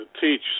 teach